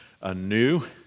anew